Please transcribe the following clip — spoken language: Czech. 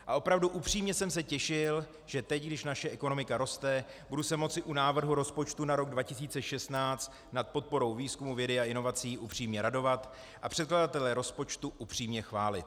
A opravdu upřímně jsem se těšil, že teď, když naše ekonomika roste, budu se moci u návrhu rozpočtu na rok 2016 nad podporou výzkumu, vědy a inovací upřímně radovat a překladatele rozpočtu upřímně chválit.